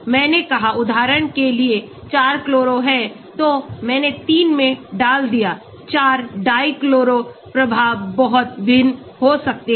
मैंने कहा उदाहरण के लिए 4 क्लोरो है तो मैंने 3 में डाल दिया 4 di क्लोरो प्रभाव बहुत भिन्न हो सकते हैं